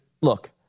look